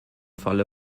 falle